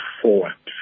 forward